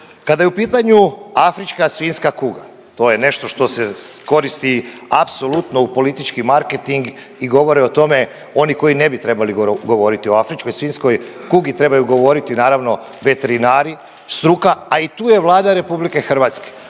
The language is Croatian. Kada je u pitanju afrička svinjska kuga, to je nešto što se koristi apsolutno u politički marketing i govore o tome oni koji ne bi trebali govoriti. O afričkoj svinjskoj kugi trebaju govoriti naravno veterinari, struka, a i tu je Vlada RH osigurala